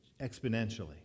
exponentially